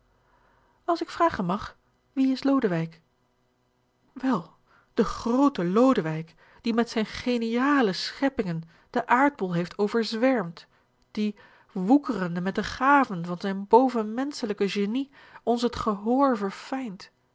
als ik vragen mag wie is lodewijk wel de groote lodewijk die met zijne geniale scheppingen den aardbol heeft overzwermd die woekerende met de gaven van zijn bovenmenschelijk genie ons het gehoor